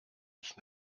ich